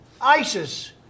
ISIS